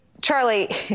Charlie